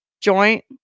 joint